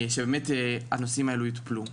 ושבאמת הנושאים האלו יטופלו.